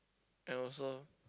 and also